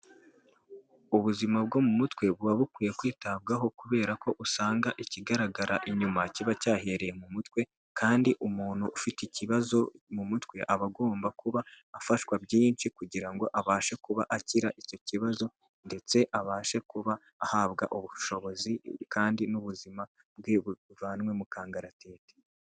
Ubuzima bwo mu mutwe buba bukwiye kwitabwaho kubera ko usanga ikigaragara inyuma kiba cyahereye mu mutwe kandi umuntu ufite ikibazo mu mutwe aba agomba kuba afashwa byinshi kugira ngo abashe kuba akiri icyo kibazo ndetse abashe kuba ahabwa ubushobozi kandi n'ubuzima bwe buvanwe mu kangaratete.